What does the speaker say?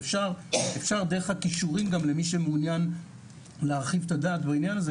אפשר דרך הקישורים למי שמעוניין להרחיב את הדעת בעניין הזה,